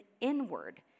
inward